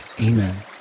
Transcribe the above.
Amen